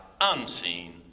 unseen